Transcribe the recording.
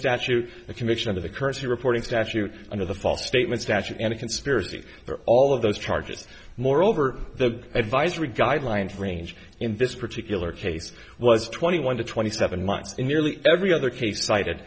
statute a conviction of the currency reporting statute under the false statement statute and a conspiracy that all of those charges moreover the advisory guidelines range in this particular case was twenty one to twenty seven months in nearly every other case cite